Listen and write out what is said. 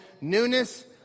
newness